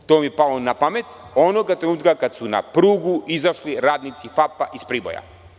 To vam je palo na pamet onoga trenutka kada su na prugu izašli radnici FAP-a iz Priboja.